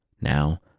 Now